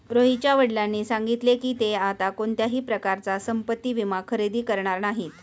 रोहितच्या वडिलांनी सांगितले की, ते आता कोणत्याही प्रकारचा संपत्ति विमा खरेदी करणार नाहीत